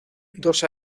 dos